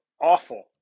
awful